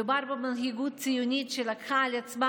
מדובר במנהיגות ציונית שלקחה על עצמה